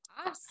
Awesome